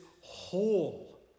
whole